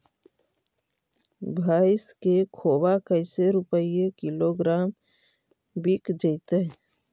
भैस के खोबा कैसे रूपये किलोग्राम बिक जइतै?